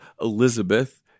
Elizabeth